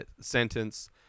sentence